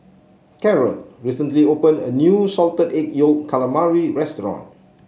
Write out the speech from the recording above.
Karol recently opened a new Salted Egg Yolk Calamari restaurant